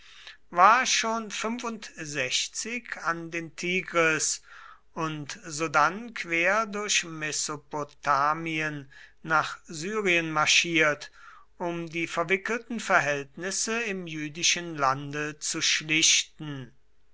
war schon an den tigris und sodann quer durch mesopotamien nach syrien marschiert um die verwickelten verhältnisse im jüdischen lande zu schlichten